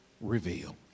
reveal